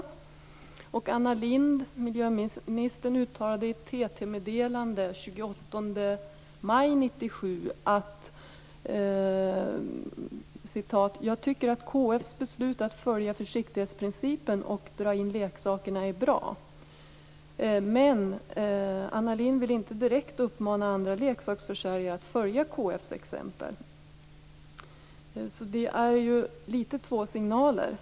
Miljöminister Anna Lindh uttalade i ett TT-meddelande den 28 maj 1997 att hon tyckte att KF:s beslut att följa försiktighetsprincipen och dra in leksakerna är bra. Men Anna Lindh ville inte direkt uppmana andra leksaksförsäljare att följa KF:s exempel. Det är två signaler.